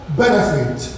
benefit